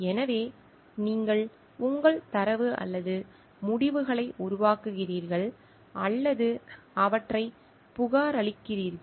எனவே நீங்கள் உங்கள் தரவு அல்லது முடிவுகளை உருவாக்குகிறீர்கள் அல்லது அவற்றைப் புகாரளிக்கிறீர்கள்